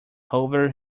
over